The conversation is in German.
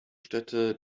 städte